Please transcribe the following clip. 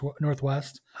Northwest